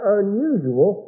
unusual